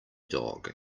dog